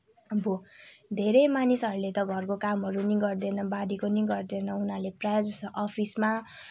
अब धेरै मानिसहरूले त घरको कामहरू पनि गर्दैन बारीको पनि उनीहरूले प्रायः जसो अफिसमा